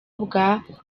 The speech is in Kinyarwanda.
bwa